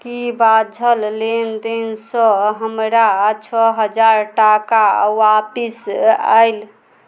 कि बाझल लेनदेनसँ हमरा छओ हजार टाका आपस आएल